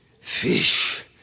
fish